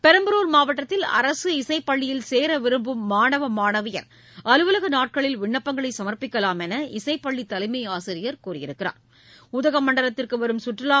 பெரம்பலூர் மாவட்டத்தில் அரசு இசைப்பள்ளியில் சேர விரும்பும் மாணவ மாணவியர் அலுவலக நாட்களில் விண்ணப்பங்களை சமர்ப்பிக்கலாம் என்று இசைப்பள்ளி தலைமை ஆசிரியர் தெரிவித்துள்ளார்